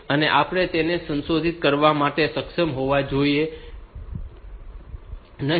તો આપણે તેમને સંશોધિત કરવા માટે સમર્થ હોવા જોઈએ નહીં